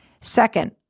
Second